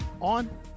on